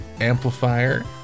Amplifier